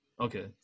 Okay